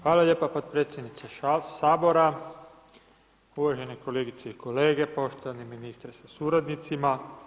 Hvala lijepa potpredsjedniče Sabora, uvažene kolegice i kolege, poštovani ministre sa suradnicima.